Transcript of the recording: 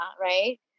right